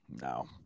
No